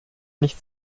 nicht